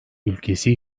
ülkesi